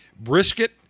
Brisket